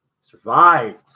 Survived